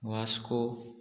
Vasco